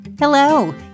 Hello